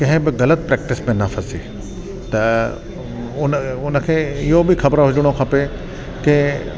कंहिं बि ग़लति प्रैक्टिस में न फसे त उन उन खे इहो बि खबर हुजिणो खपे की